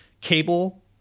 cable